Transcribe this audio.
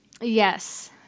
Yes